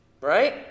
Right